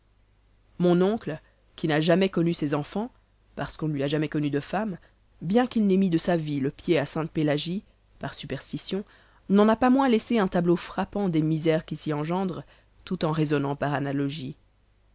mon oncle qui n'a jamais connu ses enfans parce qu'on ne lui a jamais connu de femme bien qu'il n'ait mis de sa vie le pied à sainte-pélagie par superstition n'en a pas moins laissé un tableau frappant des misères qui s'y engendrent tout en raisonnant par analogie